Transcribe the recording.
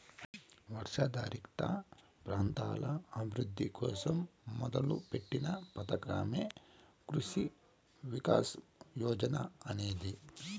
వర్షాధారిత ప్రాంతాల అభివృద్ధి కోసం మొదలుపెట్టిన పథకమే కృషి వికాస్ యోజన అనేది